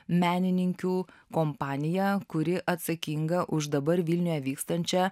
menininkių kompanija kuri atsakinga už dabar vilniuje vykstančią